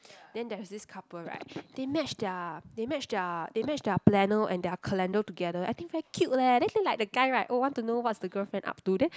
then there's this couple right they match their they match their they match their planner and their calendar together I think very cute leh then like like the guy right oh want to know what's the girlfriend up to then